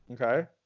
Okay